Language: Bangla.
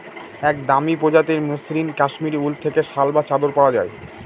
এক দামি প্রজাতির মসৃন কাশ্মীরি উল থেকে শাল বা চাদর পাওয়া যায়